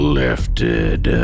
lifted